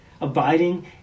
Abiding